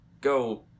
Go